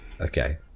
okay